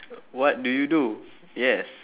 what do you do yes